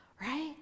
Right